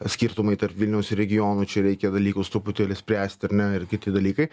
skirtumai tarp vilniaus ir regionų čia reikia dalykus truputėlį spręst ar ne ir kiti dalykai